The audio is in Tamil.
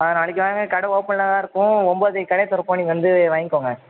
ஆ நாளைக்கு வாங்க கடை ஓப்பனில்தான் இருக்கும் ஒம்பதரைக்கி கடையை திறப்போம் நீங்கள் வந்து வாங்கிக்கோங்க